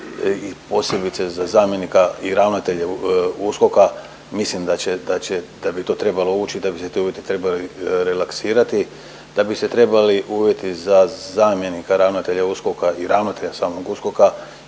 posebice za zamjenika i ravnatelje USKOK-a mislim da će, da bi to trebalo ući i da bi se ti uvjeti relaksirali, da bi se trebali uvjeti za zamjenika ravnatelja USKOK-a i ravnatelja samog USKOK-a